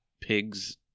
pigs